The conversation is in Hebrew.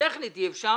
שטכנית אי אפשר.